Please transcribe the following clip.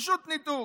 פשוט ניתוק.